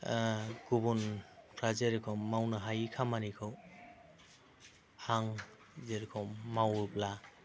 गुबुनफोरा जेरखम मावनो हायि खामानिखौ आं जेरखम मावोब्ला